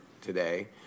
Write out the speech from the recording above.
today